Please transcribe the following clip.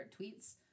tweets